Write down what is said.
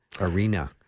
arena